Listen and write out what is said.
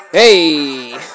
Hey